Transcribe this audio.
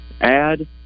add